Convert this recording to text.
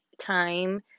time